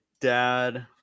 dad